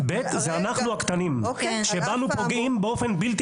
(ב) זה אנחנו הקטנים שפוגעים בנו באופן בלתי